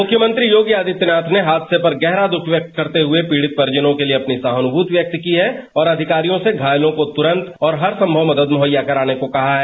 मुख्यमंत्री योगी आदित्यनाथ ने हादसे पर गहरा दुख व्यक्त करते हुए पीडि़त परिजनों के लिए अपनी सहानुभूति व्यक्त की है और अधिकारियों से घायलों को तुरंत और हर संभव मदद मुहैया कराने को कहा है